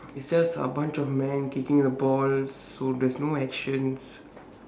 it's just a bunch of men kicking a ball so there's no action